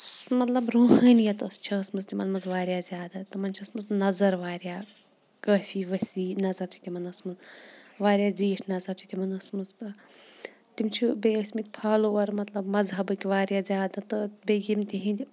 سُہ مطلب روٗحٲنیت ٲس چھےٚ ٲسمٕژ تِمَن منٛز واریاہ زیادٕ تِمَن چھےٚ ٲسمٕژ نظر واریاہ کٲفی وسیع نظر چھےٚ تِمَن ٲسمٕژ واریاہ زیٖٹھ نظر چھےٚ تِمَن ٲسمٕژ تہٕ تِم چھِ بیٚیہِ ٲسۍمٕتۍ فالووَر مطلب مذہبٕکۍ واریاہ زیادٕ تہٕ بیٚیہِ یِم تِہِنٛدۍ